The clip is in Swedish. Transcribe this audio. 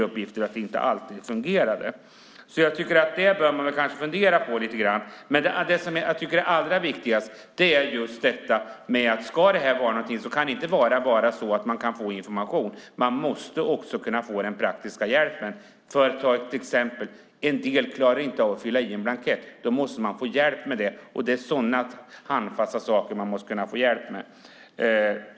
Det var inte alltid det fungerade när man lade på lantbrevbärarna nya uppgifter. Det som är allra viktigast är att det inte bara ska innebära att man kan få information, utan man måste också kunna få praktisk hjälp. Låt mig ta ett exempel. En del klarar inte av att fylla i en blankett. Då måste de få hjälp med det. Just sådana handfasta saker måste man kunna få hjälp med.